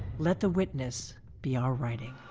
let the witness be our writing.